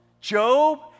Job